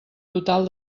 total